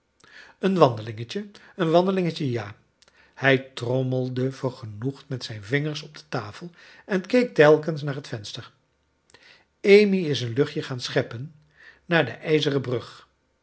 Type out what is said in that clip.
een wandelingetje een wandeli igetje ja hij trommelde vergenoegd met zijn vingers op de tafel en keek telkens naar het venster amy is een luchtje gaan scheppen naar de ijzeren brug